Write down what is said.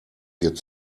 wird